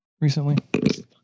recently